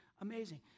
amazing